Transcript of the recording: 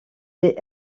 des